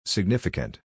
Significant